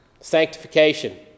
Sanctification